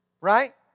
Right